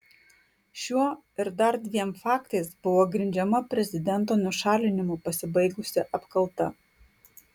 šiuo ir dar dviem faktais buvo grindžiama prezidento nušalinimu pasibaigusi apkalta